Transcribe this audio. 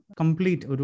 complete